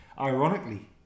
Ironically